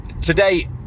today